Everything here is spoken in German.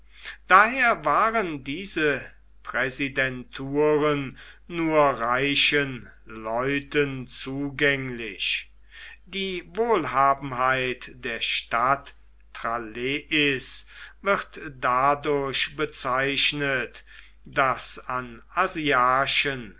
daher waren diese präsidenturen nur reichen leuten zugänglich die wohlhabenheit der stadt tralleis wird dadurch bezeichnet daß an